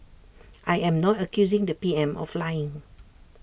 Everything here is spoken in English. I am not accusing the P M of lying